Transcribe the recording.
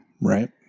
Right